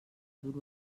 dur